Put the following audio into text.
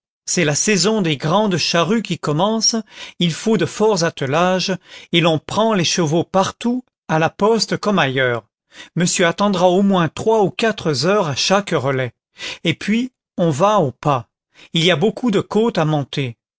c'est la saison des grandes charrues qui commence il faut de forts attelages et l'on prend les chevaux partout à la poste comme ailleurs monsieur attendra au moins trois ou quatre heures à chaque relais et puis on va au pas il y a beaucoup de côtes à monter